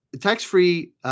tax-free